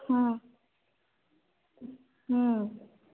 ହଁ ହୁଁ